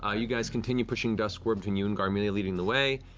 ah you guys continue pushing duskward. between you and garmelie leading the way,